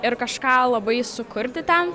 ir kažką labai sukurti ten